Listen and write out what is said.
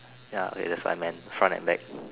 ya that's what I meant front and back